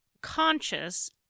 conscious